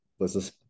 versus